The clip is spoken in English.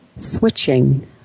switching